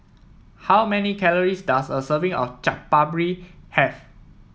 how many calories does a serving of Chaat Papri have